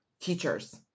teachers